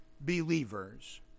believers